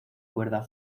cuerda